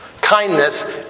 Kindness